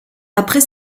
après